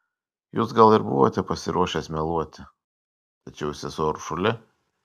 jūs gal ir buvote pasiruošęs meluoti tačiau sesuo uršulė